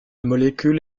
molécule